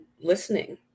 listening